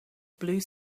blue